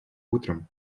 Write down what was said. утром